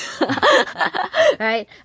Right